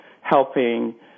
helping